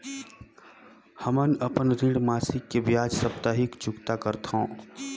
हमन अपन ऋण मासिक के बजाय साप्ताहिक चुकता करथों